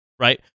Right